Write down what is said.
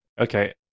Okay